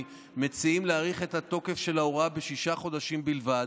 מציעים להאריך את התוקף של ההוראה בשישה חודשים בלבד,